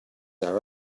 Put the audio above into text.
our